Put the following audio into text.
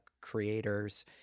creators